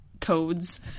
codes